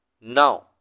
Now